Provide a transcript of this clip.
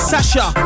Sasha